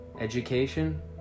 Education